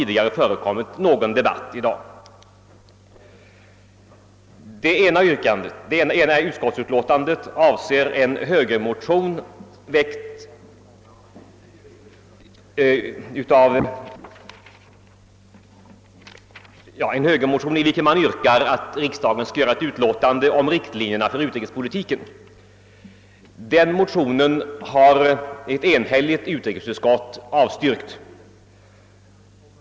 Det ena utlåtandet avser ett motionspar från moderata samlingspartiet, i vilket man yrkar att riksdagen skall avge en skrivelse om riktlinjerna för utrikespolitiken. Detta motionspar har ett enhälligt utrikesutskott avstyrkt.